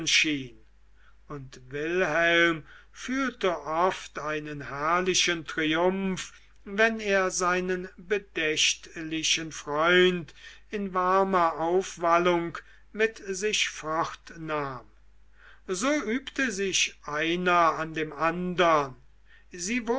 schien und wilhelm fühlte oft einen herrlichen triumph wenn er seinen bedächtlichen freund in warmer aufwallung mit sich fortnahm so übte sich einer an dem andern sie